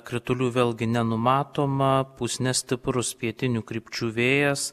kritulių vėlgi nenumatoma pūs nestiprus pietinių krypčių vėjas